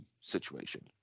situation